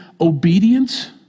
obedience